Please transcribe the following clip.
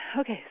okay